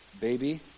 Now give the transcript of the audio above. baby